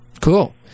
Cool